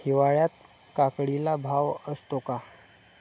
हिवाळ्यात काकडीला भाव असतो का?